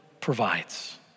provides